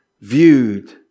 viewed